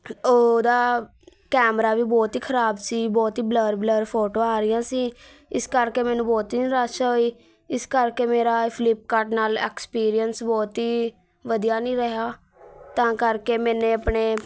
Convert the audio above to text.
ਉਹਦਾ ਕੈਮਰਾ ਵੀ ਬਹੁਤ ਹੀ ਖ਼ਰਾਬ ਸੀ ਬਹੁਤ ਹੀ ਬਲਰ ਬਲਰ ਫੋਟੋਆਂ ਆ ਰਹੀਆਂ ਸੀ ਇਸ ਕਰਕੇ ਮੈਨੂੰ ਬਹੁਤ ਹੀ ਨਿਰਾਸ਼ਾ ਹੋਈ ਇਸ ਕਰਕੇ ਮੇਰਾ ਫਲਿੱਪਕਾਰਟ ਨਾਲ ਐਕਸਪੀਰੀਐਂਸ ਬਹੁਤ ਹੀ ਵਧਿਆ ਨਹੀਂ ਰਿਹਾ ਤਾਂ ਕਰਕੇ ਮੈਨੇ ਆਪਣੇ